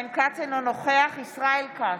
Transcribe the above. אינו נוכח ישראל כץ,